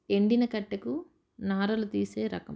ఎండిన కట్టకు నారలు తీసే రకం